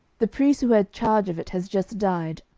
the priest who had charge of it has just died,